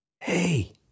hey